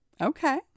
Okay